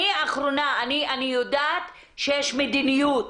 אני יודעת שיש מדיניות.